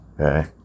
Okay